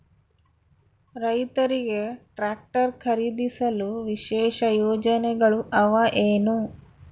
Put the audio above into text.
ರೈತರಿಗೆ ಟ್ರಾಕ್ಟರ್ ಖರೇದಿಸಲು ವಿಶೇಷ ಯೋಜನೆಗಳು ಅವ ಏನು?